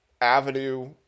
avenue